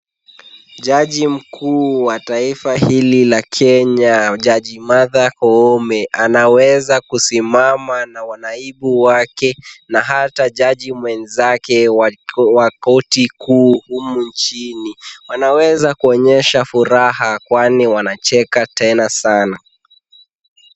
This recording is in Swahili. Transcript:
Jaji mkuu wa taifa hili la Kenya jaji Martha Koome, anaweza kusimama na wanaibu wake na hata jaji mwenzake wa korti kuu humu nchini. Wanaweza kuonesha furaha kwani wanacheka sana.